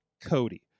Cody